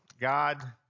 God